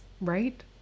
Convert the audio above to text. right